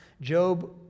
Job